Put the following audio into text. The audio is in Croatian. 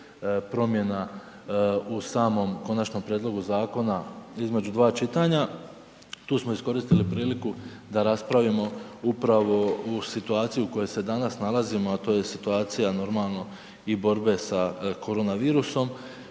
promjena u samom konačnom prijedlogu zakona između dva čitanja, tu smo iskoristili priliku da raspravimo upravo uz situaciju u kojoj se danas nalazimo a to je situacija normalno, i borbe sa korona virusom